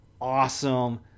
awesome